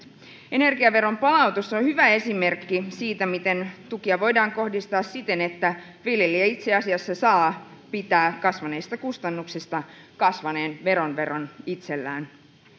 energiaveron palautus on hyvä esimerkki siitä miten tukia voidaan kohdistaa siten että viljelijä itse asiassa saa pitää kasvaneista kustannuksista kasvaneen veron verran itsellään